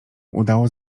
udało